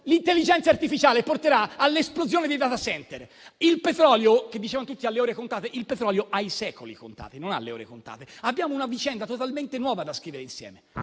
L'intelligenza artificiale porterà all'esplosione dei *data center*; il petrolio, che tutti dicevano avere le ore contate, ha i secoli contati, non le ore contate. Abbiamo una vicenda totalmente nuova da scrivere insieme,